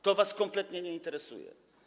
To was kompletnie nie interesuje.